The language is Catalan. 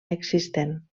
existent